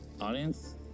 audience